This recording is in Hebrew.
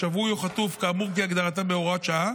שבוי או חטוף כאמור כהגדרתם בהוראת שעה,